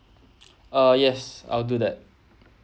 uh yes I'll do that